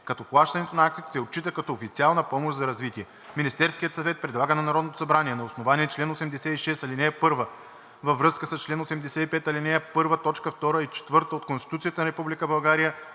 като плащането на акциите се отчита като официална помощ за развитие. Министерският съвет предлага на Народното събрание на основание чл. 86, ал. 1 във връзка с чл. 85, ал. 1, т. 2 и 4 от Конституцията на